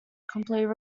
completed